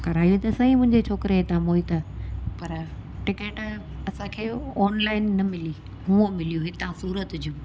करायूं त सही मुंहिंजे छोकिरे हितां मोहित पर टिकेट असांखे ऑनलाइन न मिली हूअं मिलियूं हितां सूरत जूं